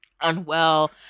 unwell